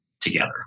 together